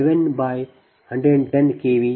u ಮತ್ತು T211110 kV100MVA xT20